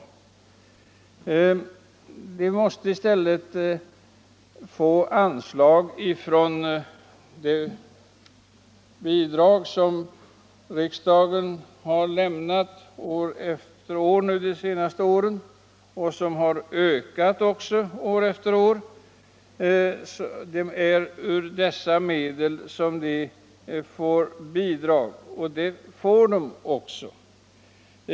De måste i stället få bidrag ur det anslag till trossamfund som riksdagen har beviljat år efter år och som också har höjts år efter år. Sådana bidrag får de också.